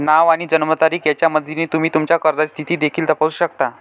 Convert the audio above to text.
नाव आणि जन्मतारीख यांच्या मदतीने तुम्ही तुमच्या कर्जाची स्थिती देखील तपासू शकता